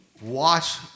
Watch